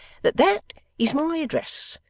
that that is my address,